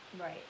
Right